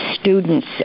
students